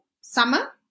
summer